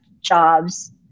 jobs